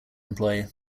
employee